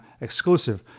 exclusive